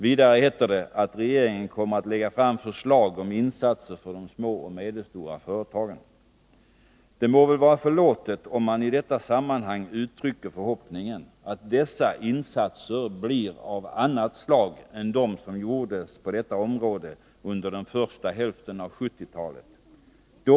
Vidare heter det att regeringen kommer att lägga fram förslag om insatser för de små och medelstora företagen. Det må väl vara förlåtet om man i detta sammanhang uttrycker förhoppningen att dessa insatser blir av annat slag än de som gjordes på detta område under den första hälften av 1970-talet.